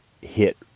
hit